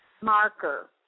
marker